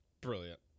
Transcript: Brilliant